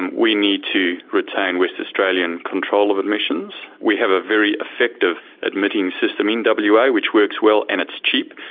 and we need to retain west australian control of admissions, we have a very effective admitting system in and but wa ah which works well and it's cheap.